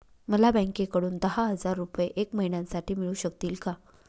मला बँकेकडून दहा हजार रुपये एक महिन्यांसाठी मिळू शकतील का?